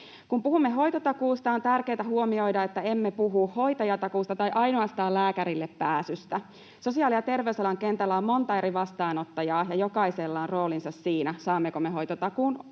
Kun puhumme hoitotakuusta, on tärkeää huomioida, että emme puhu hoitajatakuusta tai ainoastaan lääkärille pääsystä. Sosiaali- ja terveysalan kentällä on monta eri vastaanottajaa ja jokaisella on roolinsa siinä, saammeko me hoitotakuun